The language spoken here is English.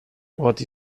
what